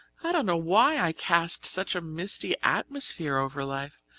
i don't know why i cast such a misty atmosphere over life.